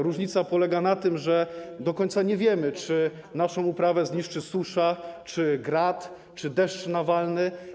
Różnica polega na tym, że do końca nie wiemy, czy naszą uprawę zniszczy susza, grad czy deszcz nawalny.